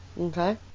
Okay